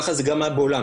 ככה זה גם היה בעולם,